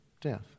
death